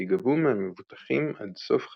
שיגבו מהמבוטחים עד סוף חייהם.